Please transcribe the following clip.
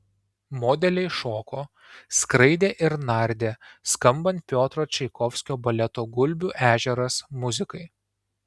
modeliai šoko skraidė ir nardė skambant piotro čaikovskio baleto gulbių ežeras muzikai